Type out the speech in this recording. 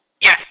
Yes